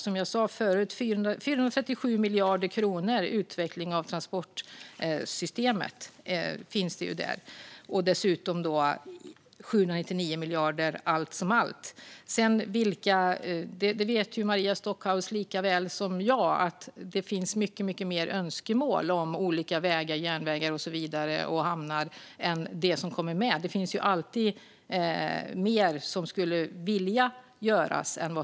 Som jag sa förut finns det 437 miljarder kronor till utveckling av transportsystemet och allt som allt 799 miljarder. Maria Stockhaus vet lika väl som jag att det finns önskemål om mycket mer vägar, järnvägar och hamnar än vad som kommer med; det finns alltid mer vi skulle vilja göra.